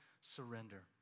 surrender